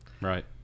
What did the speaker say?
Right